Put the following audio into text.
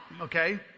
okay